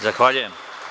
Zahvaljujem.